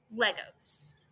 Legos